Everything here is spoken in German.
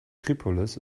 tripolis